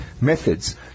methods